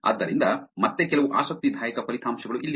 ಆದ್ದರಿಂದ ಮತ್ತೆ ಕೆಲವು ಆಸಕ್ತಿದಾಯಕ ಫಲಿತಾಂಶಗಳು ಇಲ್ಲಿವೆ